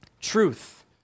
Truth